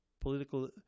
political